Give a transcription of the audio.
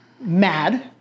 mad